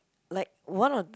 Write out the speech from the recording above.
like one